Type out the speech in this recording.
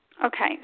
Okay